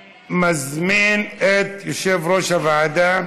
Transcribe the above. אני מזמין את יושב-ראש הוועדה